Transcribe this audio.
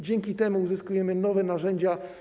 Dzięki temu uzyskujemy nowe narzędzia.